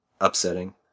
upsetting